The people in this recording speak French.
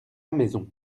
maison